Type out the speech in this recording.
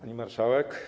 Pani Marszałek!